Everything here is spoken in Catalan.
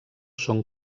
són